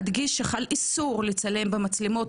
אדגיש שחל איסור לצלם במצלמות,